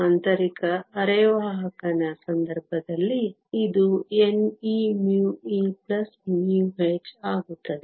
ಆಂತರಿಕ ಅರೆವಾಹಕನ ಸಂದರ್ಭದಲ್ಲಿ ಇದು nieμe μh ಆಗುತ್ತದೆ